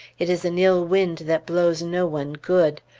it is an ill wind that blows no one good.